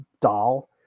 doll